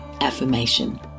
affirmation